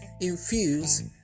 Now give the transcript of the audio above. infuse